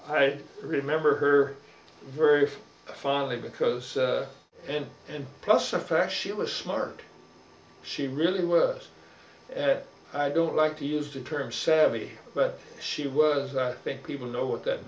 right remember her very finely because and and plus the fact she was smart she really were i don't like to use the term savvy but she was i think people know what that